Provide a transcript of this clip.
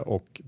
Och